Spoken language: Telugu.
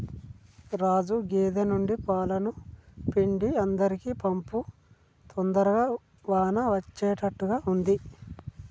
రాజు గేదె నుండి పాలను పిండి అందరికీ పంపు తొందరగా వాన అచ్చేట్టుగా ఉంది